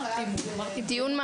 הישיבה